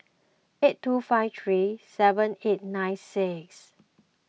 eight two five three seven eight nine six